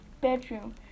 bedroom